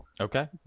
Okay